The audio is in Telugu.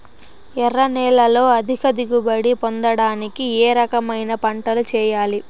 ఎర్ర నేలలో అధిక దిగుబడి పొందడానికి ఏ రకమైన పంటలు చేయాలి?